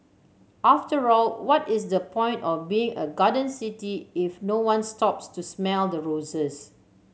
after all what is the point of being a garden city if no one stops to smell the roses